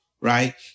right